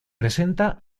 presenta